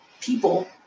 people